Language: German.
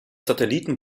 satelliten